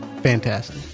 fantastic